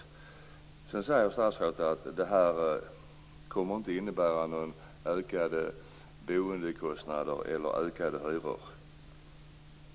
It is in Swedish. Statsrådet säger vidare att detta inte kommer att innebära några ökade boendekostnader eller höjda hyror.